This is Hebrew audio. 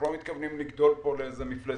אנחנו לא מתכוונים לגדול פה לאיזו מפלצת.